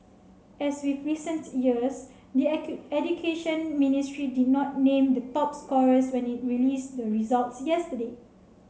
as with recent years the Education Ministry did not name the top scorers when it released the results yesterday